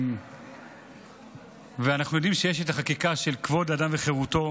אנחנו יודעים שיש את החקיקה של כבוד האדם וחירותו,